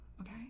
okay